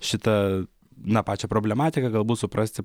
šitą na pačią problematiką galbūt suprasti